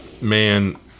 man